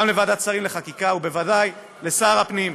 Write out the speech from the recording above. גם לוועדת שרים לחקיקה ובוודאי לשר הפנים,